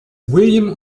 william